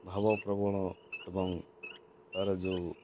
ଭାବପ୍ରବଣ ଏବଂ ତା'ର ଯୋଉ